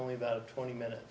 only about twenty minutes